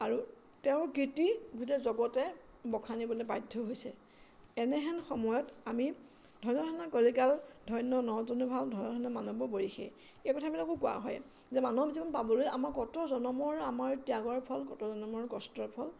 আৰু তেওঁৰ কীৰ্তি গোটেই জগতে বখানিবলে বাধ্য হৈছে এনেহেন সময়ত আমি ধন্য ধন্য কলিকাল ধন্য নৰতনু ভাল ধন্য ধন্য মানৱ বৰিশে এই কথাবিলাকো কোৱা হয় যে মানুহ জীৱন পাবলৈ আমাৰ ক'ত জনমৰ আমাৰ ত্যাগৰ ফল কত জন্মৰ কষ্টৰ ফল